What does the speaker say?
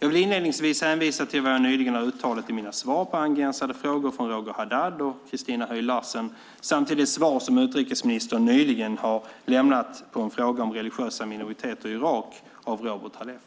Jag vill inledningsvis hänvisa till vad jag nyligen har uttalat i mina svar på angränsande frågor från Roger Haddad och Christina Höj Larsen samt till det svar som utrikesministern nyligen lämnat på en fråga om religiösa minoriteter i Irak av Robert Halef.